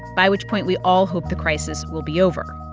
by which point we all hope the crisis will be over.